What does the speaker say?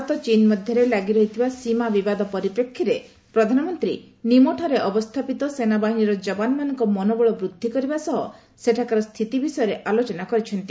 ଭାରତ ଚୀନ୍ ମଧ୍ୟରେ ଲାଗି ରହିଥିବା ସୀମା ବିବାଦ ପରିପ୍ରେକ୍ଷୀରେ ପ୍ରଧାନମନ୍ତ୍ରୀ ନିମୁଠାରେ ଅବସ୍ଥାପିତ ସେନାବାହିନୀର ଜବାନମାନଙ୍କ ମନୋବଳ ବୃଦ୍ଧିକରିବା ସହ ସେଠାକାର ସ୍ଥିତି ବିଷୟରେ ଆଲୋଚନା କରିଛନ୍ତି